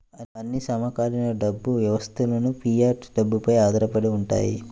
అన్ని సమకాలీన డబ్బు వ్యవస్థలుఫియట్ డబ్బుపై ఆధారపడి ఉంటాయి